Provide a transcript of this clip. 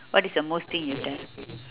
what is the most thing you've done